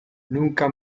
nunca